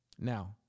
Now